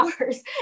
hours